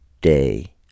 day